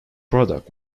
product